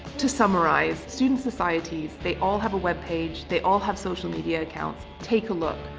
to summarise, student societies they all have a webpage, they all have social media accounts, take a look.